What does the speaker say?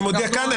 אני מודיע כאן,